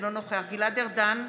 אינו נוכח גלעד ארדן,